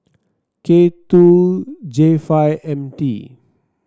K two J five M T